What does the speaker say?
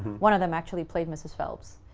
one of them actually played mrs. phelps,